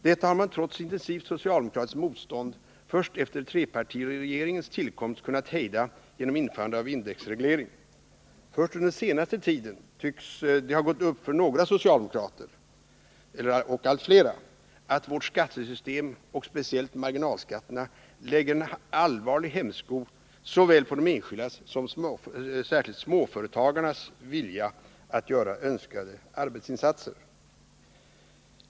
Detta har man trots intensivt socialdemokratiskt motstånd först efter trepartiregeringens tillkomst kunnat hejda genom införande av indexreglering. Först under den senaste tiden tycks det har gått upp för allt flera socialdemokrater att vårt skattesystem, och speciellt marginalskatterna, lägger en allvarlig hämsko såväl på enskildas som småföretagens vilja att göra önskade arbetsinsatser.